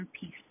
peace